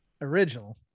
original